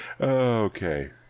Okay